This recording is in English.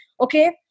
Okay